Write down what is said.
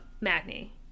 magni